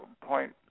point